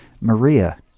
Maria